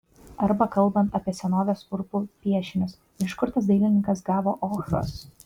arba kalbant apie senovės urvų piešinius iš kur tas dailininkas gavo ochros